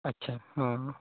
अच्छा हॅं